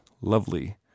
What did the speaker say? lovely